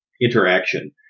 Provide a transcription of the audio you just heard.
interaction